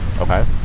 Okay